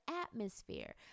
atmosphere